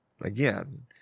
Again